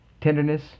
tenderness